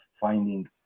finding